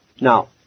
Now